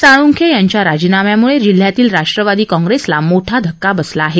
साळूखे यांच्या राजीनाम्यामुळे जिल्ह्यातील राष्ट्रवादीला मोठा धक्का बसला आहे